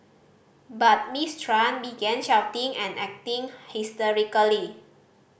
but Miss Tran began shouting and acting hysterically